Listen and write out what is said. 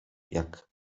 jak